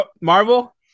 Marvel